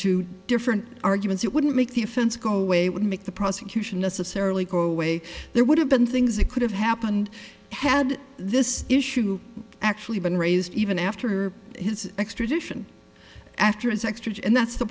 to different arguments it wouldn't make the offense go away would make the prosecution necessarily go away there would have been things it could have happened had this issue actually been raised even after his extradition after his extradition and that's the